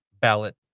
ballot